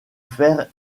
fer